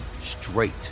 straight